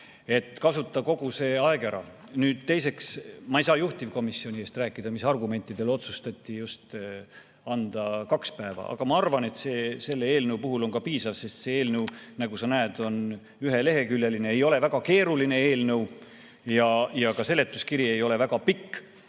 Kasuta kogu see aeg ära. Nüüd teiseks, ma ei saa juhtivkomisjoni eest rääkida, mis argumentidel otsustati anda just kaks päeva, aga ma arvan, et selle eelnõu puhul on see piisav, sest see eelnõu, nagu sa näed, on üheleheküljeline, ei ole väga keeruline eelnõu ja ka seletuskiri ei ole väga pikk